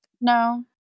no